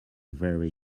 very